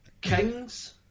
Kings